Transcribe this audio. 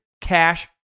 Cash